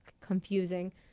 confusing